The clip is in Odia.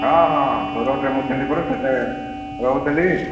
ହଁ ହଁ ହଁ ସୁରଟରେ ମୁଁ ଥିଲି ପରା ସେଠି ରହୁଥିଲି